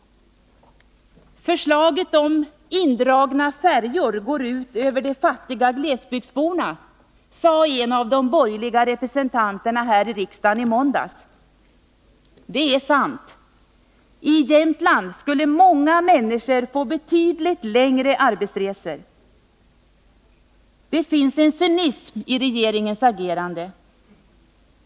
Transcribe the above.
Förslaget om indragna färjor går ut över de fattiga glesbygdsborna, sade en av de borgerliga representanterna här i riksdagen i tisdags. Det är sant! I Jämtland skulle många människor få betydligt längre arbetsresor om färjorna dras in. Det finns en cynism i regeringens agerande.